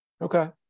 Okay